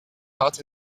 hot